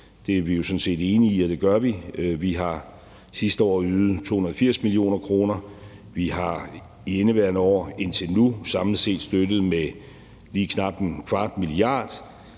Det er vi jo sådan set enige i, og det gør vi. Vi har sidste år ydet 280 mio. kr., og vi har i indeværende år indtil nu samlet set støttet det med lige knap ¼ mia.